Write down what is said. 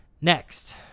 next